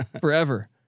forever